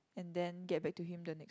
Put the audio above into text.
and then get back to him the next